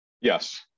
Yes